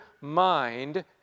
mind